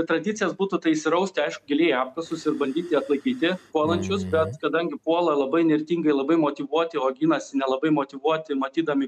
tradicijas būtų tai įsirausti aišku giliai į apkasus ir bandyti atlaikyti puolančius bet kadangi puola labai įnirtingai labai motyvuoti o ginasi nelabai motyvuoti matydami